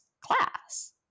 class